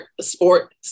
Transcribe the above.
sport